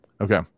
Okay